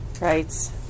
Right